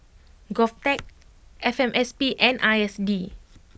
Govtech F M S P and I S D